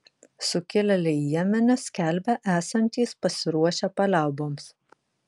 sukilėliai jemene skelbia esantys pasiruošę paliauboms